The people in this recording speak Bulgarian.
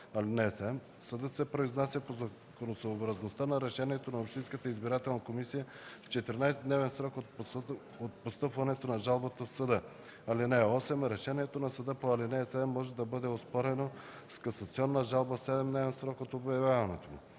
(7) Съдът се произнася по законосъобразността на решението на общинската избирателна комисия в 14-дневен срок от постъпването на жалбата в съда. (8) Решението на съда по ал. 7 може да бъде оспорено с касационна жалба в 7-дневен срок от обявяването му.